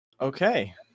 Okay